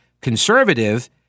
conservative